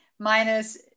Minus